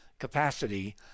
Capacity